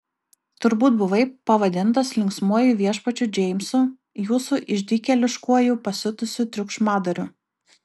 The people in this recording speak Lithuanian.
turbūt buvai pavadintas linksmuoju viešpačiu džeimsu jūsų išdykėliškuoju pasiutusiu triukšmadariu